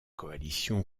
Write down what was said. coalition